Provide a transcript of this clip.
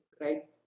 right